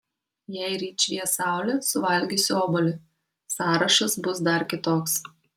jei ryt švies saulė suvalgysiu obuolį sąrašas bus dar kitoks